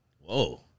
Whoa